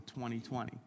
2020